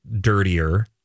dirtier